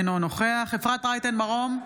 אינו נוכח אפרת רייטן מרום,